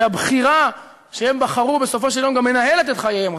שהבחירה שהם בחרו בסופו של יום גם מנהלת את חייהם,